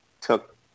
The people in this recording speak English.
took